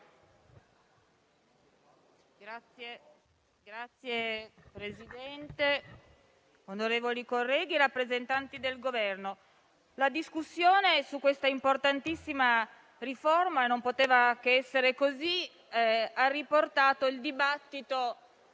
Signor Presidente, onorevoli colleghi e rappresentanti del Governo, la discussione su questa importantissima riforma - e non poteva che essere così - ha riportato il dibattito